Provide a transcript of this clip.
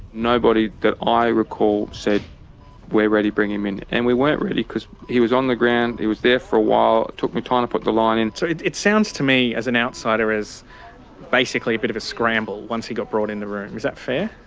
nobody that i recall said we're ready, bring him in. and we weren't ready cause he was on the ground. he was there for a while. took me time to put the line in. so it sounds to me as an outsider as basically a bit of a scramble. once he got brought in the room. is that fair?